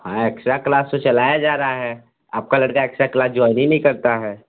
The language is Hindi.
हाँ एक्स्ट्रा क्लास चलाया जा रहा है आपका लड़का एक्स्ट्रा क्लास जॉइन ही नहीं करता है